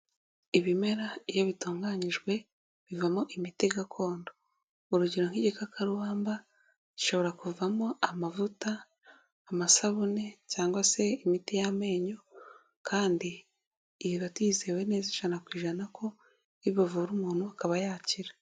Ibimera iyo bitunganyijwe bivamo imiti gakondo. Urugero nk'igikakarubamba gishobora kuvamo amavuta, amasabune cyangwa se imiti y'amenyo kandi biba byizewe neza ijana ku ijana ko nibavura umuntu akaba yakira.